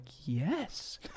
yes